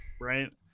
right